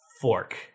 Fork